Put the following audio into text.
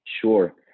Sure